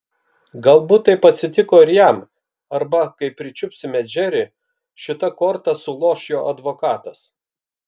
galbūt taip atsitiko ir jam arba kai pričiupsime džerį šita korta suloš jo advokatas